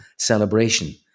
celebration